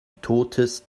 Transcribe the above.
totes